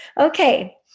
Okay